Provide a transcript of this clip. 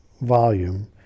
volume